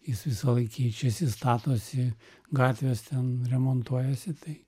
jis visąlaik keičiasi statosi gatvės ten remontuojasi tai